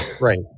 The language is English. Right